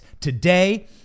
today